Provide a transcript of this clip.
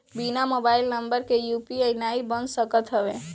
बिना mobile number के UPI नाइ बन सकत हवे